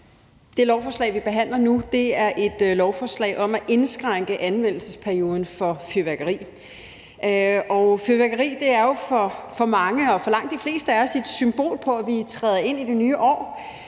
Det lovforslag, vi behandler nu, er et lovforslag om at indskrænke anvendelsesperioden for fyrværkeri. Fyrværkeri er jo for mange og for langt de fleste af os et symbol på, at vi træder ind i det nye år.